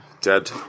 Dead